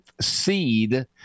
seed